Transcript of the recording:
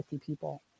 people